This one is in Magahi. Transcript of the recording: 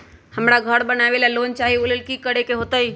हमरा घर बनाबे ला लोन चाहि ओ लेल की की करे के होतई?